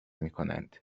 میکنند